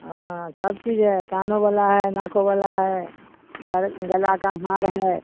हाँ सब चीज़ है कान वाला है नाक वाला है गल गला का हार है